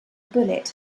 bullet